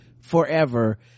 forever